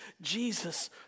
Jesus